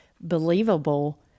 believable